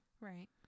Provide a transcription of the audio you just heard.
right